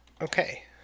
Okay